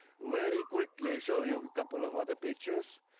very quickly show you a couple of other pictures.